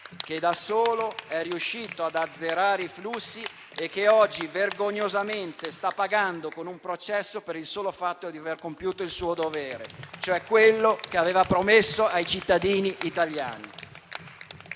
che da solo è riuscito ad azzerare i flussi e che oggi vergognosamente sta pagando con un processo per il solo fatto di aver compiuto il suo dovere, cioè quello che aveva promesso ai cittadini italiani.